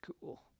cool